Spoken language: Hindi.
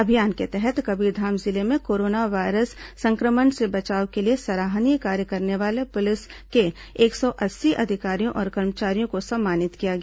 अभियान के तहत कबीरधाम जिले में कोरोना वायरस संक्रमण से बचाव के लिए सराहनीय कार्य करने वाले पुलिस के एक सौ अस्सी अधिकारियों और कर्मचारियों को सम्मानित किया गया